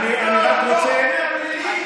סכין בלב.